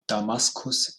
damaskus